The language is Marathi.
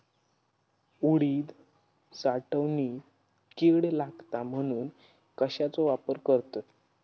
उडीद साठवणीत कीड लागात म्हणून कश्याचो वापर करतत?